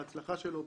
בהצלחה שלו,